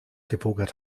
gepokert